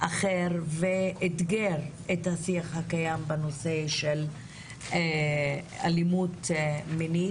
אחר ואתגר את השיח הקיים בנושא אלימות מינית.